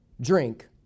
drink